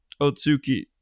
otsuki